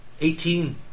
Eighteen